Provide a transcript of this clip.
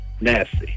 nasty